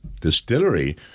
distillery